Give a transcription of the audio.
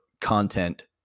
content